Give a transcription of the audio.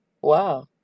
Wow